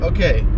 Okay